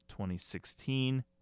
2016